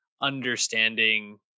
understanding